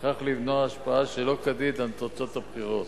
וכך למנוע השפעה שלא כדין על תוצאות הבחירות,